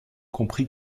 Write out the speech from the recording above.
compris